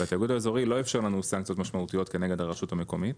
התיאגוד האזורי לא איפשר לנו סנקציות משמעותיות כנגד הרשות המקומית,